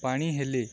ପାଣି ହେଲେ